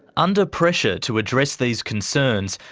under pressure to address these concerns,